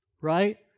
right